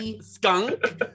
skunk